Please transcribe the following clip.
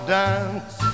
dance